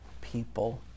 people